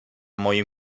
moim